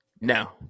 No